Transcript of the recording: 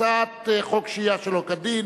הצעת חוק שהייה שלא כדין